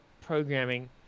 programming